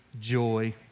joy